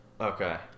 Okay